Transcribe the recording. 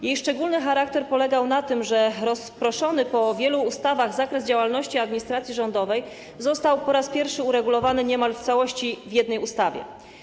Jej szczególny charakter polegał na tym, że rozproszony po wielu ustawach zakres działalności administracji rządowej został po raz pierwszy uregulowany niemal w całości w jednej ustawie.